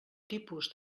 tipus